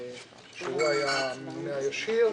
שהיה הממונה הישיר.